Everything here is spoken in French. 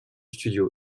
studio